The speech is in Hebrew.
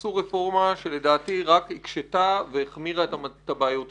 עשו רפורמה שלדעתי רק הקשיתה והחמירה את הבעיות הקיימות,